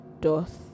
doth